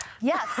Yes